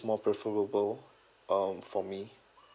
more preferable um for me